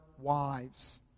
wives